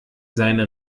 seine